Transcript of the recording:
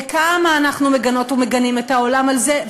וכמה אנחנו מגנות ומגנים את העולם על זה,